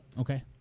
Okay